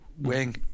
wing